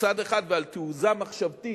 מצד אחד, ועל תעוזה מחשבתית